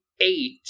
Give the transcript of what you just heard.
eight